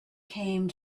came